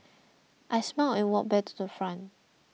I smiled and walked back to the front